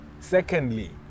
Secondly